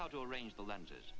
how to arrange the lenses